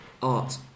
Art